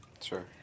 Sure